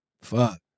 Fuck